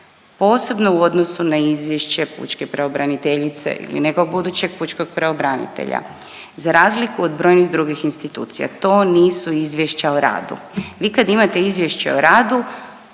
posebno u odnosu na izvješće pučke pravobraniteljice ili nekog budućeg pučkog pravobranitelja? Za razliku od brojnih drugih institucija to nisu izvješća o radu. Vi kad imate izvješće o radu